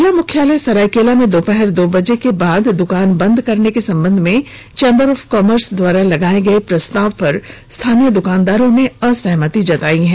जिला मुख्यालय सरायकेला में दोपहर दो बजे के बाद दुकान बंद करने के संबंध में चेंबर ऑफ कॉमर्स द्वारा लाए गए प्रस्ताव पर स्थानीय दुकानदारों ने असहमति जतायी है